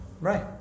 right